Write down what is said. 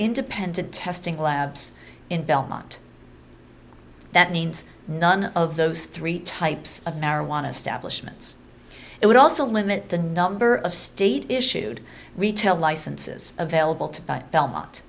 independent testing labs in belmont that means none of those three types of marijuana establishment it would also limit the number of state issued retail licenses available to belmont